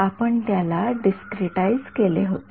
आपण त्याला डिस्क्रिटाईझ केले होते